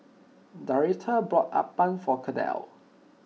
Doretha bought Appam for Kendell